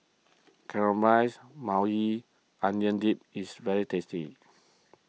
Caramelized Maui Onion Dip is very tasty